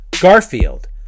Garfield